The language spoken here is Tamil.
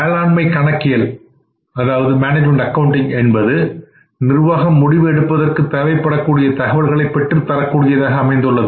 மேனேஜ்மென்ட் அக்கவுண்டிங் என்பது நிர்வாகம் முடிவு எடுப்பதற்கு தேவைப்படக்கூடிய தகவல்களை பெற்று தரக்கூடியதாக அமைந்துள்ளது